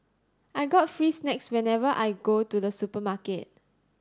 I got free snacks whenever I go to the supermarket